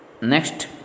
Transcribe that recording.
Next